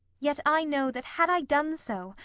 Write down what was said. yet i know that had i done so,